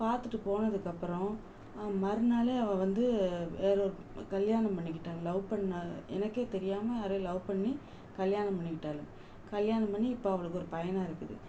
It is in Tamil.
பார்த்துட்டு போனதுக்கப்புறம் மறுநாளே அவள் வந்து வேற ஒரு கல்யாணம் பண்ணிக்கிட்டால் லவ் பண்ண எனக்கே தெரியாமல் யாரையோ லவ் கல்யாணம் பண்ணிக்கிட்டாளுங்க கல்யாணம் பண்ணி இப்போ அவளுக்கு ஒரு பையனும் இருக்குது